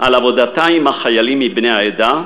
על עבודתה עם החיילים מבני העדה,